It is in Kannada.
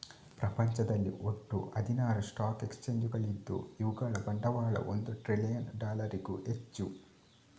ಪ್ರಪಂಚದಲ್ಲಿ ಒಟ್ಟು ಹದಿನಾರು ಸ್ಟಾಕ್ ಎಕ್ಸ್ಚೇಂಜುಗಳಿದ್ದು ಇವುಗಳ ಬಂಡವಾಳ ಒಂದು ಟ್ರಿಲಿಯನ್ ಡಾಲರಿಗೂ ಹೆಚ್ಚು